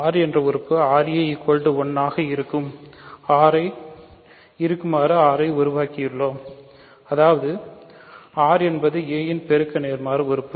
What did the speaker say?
r என்ற ஒரு உறுப்பு ra 1 ஆக இருக்குமாறு r ஐ உருவாக்கியுள்ளோம் அதாவது r என்பது a இன் பெருக்க நேர்மாறு உறுப்பு